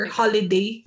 holiday